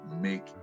make